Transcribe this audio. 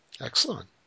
Excellent